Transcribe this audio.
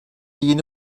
yeni